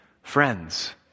Friends